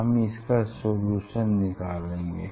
हम इसका सलूशन निकालेंगे